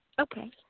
Okay